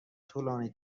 طولانی